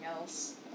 else